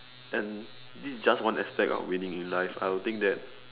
and this is just one aspect of winning in life I would think that